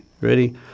Ready